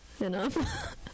enough